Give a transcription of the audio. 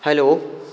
hello